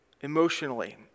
emotionally